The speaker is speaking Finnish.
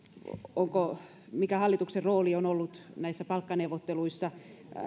mikä hallituksen rooli on ollut näissä palkkaneuvotteluissa